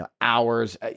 hours